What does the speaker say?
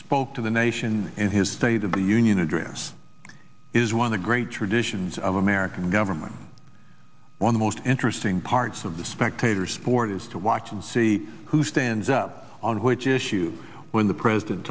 spoke to the nation in his state of the union address is one of great traditions of american government one most interesting parts of the spectator sport is to watch and see who stands up on which issues when the president